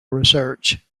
research